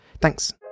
Thanks